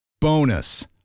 Bonus